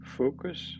focus